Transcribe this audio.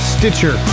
Stitcher